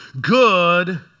Good